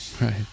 Right